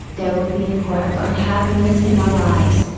there will be a core of unhappiness in our lives,